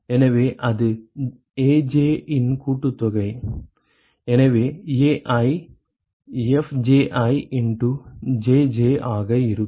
எனவே அது Aj இன் கூட்டுத்தொகை எனவே AjFji இண்டு Jj ஆக இருக்கும்